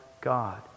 God